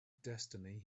destiny